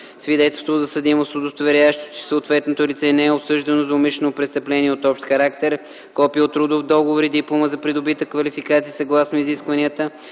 свидетелство за съдимост, удостоверяващо че съответното лице не е осъждано за умишлено престъпление от общ характер, копие от трудов договор и диплома за придобита квалификация съгласно изискванията